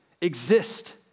exist